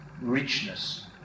richness